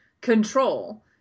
control